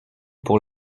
pour